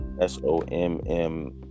s-o-m-m